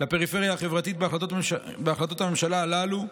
לפריפריה החברתית בהחלטות הממשלה הללו.